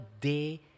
day